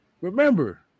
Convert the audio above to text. Remember